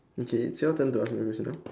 okay it's your turn to ask me your question now